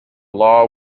law